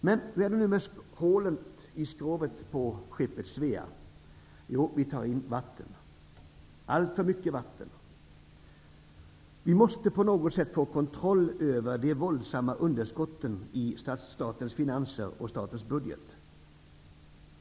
Men hur är det nu med hålet i skrovet på skeppet Svea? Jo, vi tar in vatten, alltför mycket vatten. Vi måste på något sätt få kontroll över de våldsamma underskotten i statens finanser och statens budget.